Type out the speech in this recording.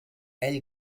ell